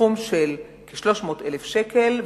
בסכום של 300,000 שקל,